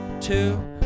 two